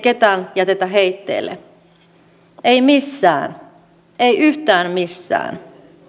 ketään jätetä heitteille ei missään ei yhtään missään